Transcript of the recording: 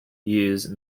use